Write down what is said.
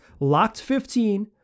Locked15